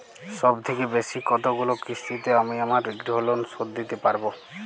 সবথেকে বেশী কতগুলো কিস্তিতে আমি আমার গৃহলোন শোধ দিতে পারব?